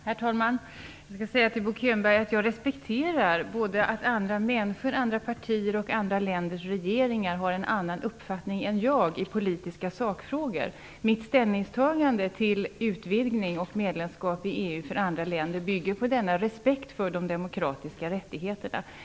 Herr talman! Jag skall säga till Bo Könberg att jag respekterar att andra människor, andra partier och andra länders regeringar har en annan uppfattning än jag i politiska sakfrågor. Mitt ställningstagande till utvidgning av och medlemskap i EU för andra länder bygger på denna respekt för de demokratiska rättigheterna.